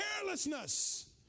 carelessness